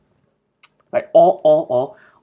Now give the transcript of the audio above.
right or or or